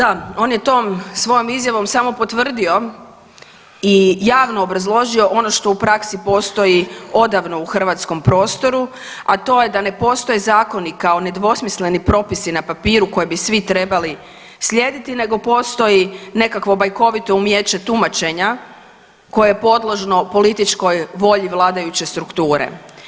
Da, on je tom svojom izjavom samo potvrdio i javno obrazložio ono što u praksi postoji odavno u hrvatskom prostoru, a to je da ne postoje zakoni kao nedvosmisleni propisi na papiru koje bi svi trebali slijediti nego postoji nekakvo bajkovito umijeće tumačenja koje je podložno političkoj volji vladajuće strukture.